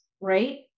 right